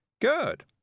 Good